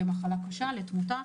למחלה קשה ולתמותה.